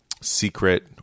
secret